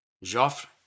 Joffre